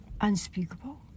unspeakable